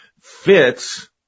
fits